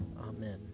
Amen